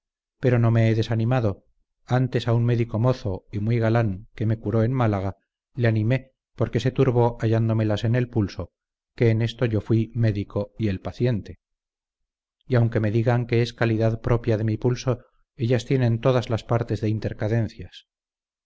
pero no me he desanimado antes a un médico mozo y muy galán que me curó en málaga le animé porque se turbó hallándomelas en el pulso que en esto yo fuí médico y él paciente y aunque me digan que es calidad propia de mi pulso ellas tienen todas las partes de